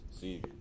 See